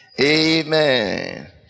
Amen